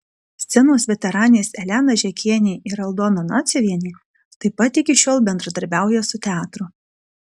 scenos veteranės elena žekienė ir aldona naciuvienė taip pat iki šiol bendradarbiauja su teatru